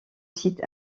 site